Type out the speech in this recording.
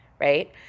right